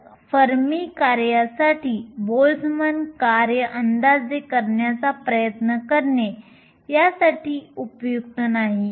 तर फर्मी कार्यासाठी बोल्टझमॅन कार्य अंदाजे करण्याचा प्रयत्न करणे याठिकाणी उपयुक्त नाही